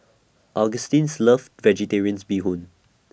Augustine's loves vegetarians Bee Hoon